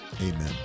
amen